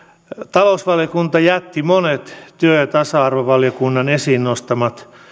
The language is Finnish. talousvaliokunta jätti monet työ ja tasa arvovaliokunnan esiin nostamat